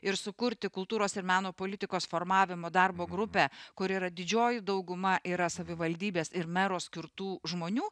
ir sukurti kultūros ir meno politikos formavimo darbo grupę kur yra didžioji dauguma yra savivaldybės ir mero skirtų žmonių